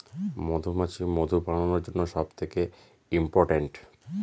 মধুমাছি মধু বানানোর জন্য সব থেকে ইম্পোরট্যান্ট